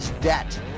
debt